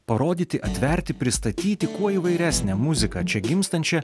parodyti atverti pristatyti kuo įvairesnę muziką čia gimstančią